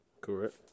Correct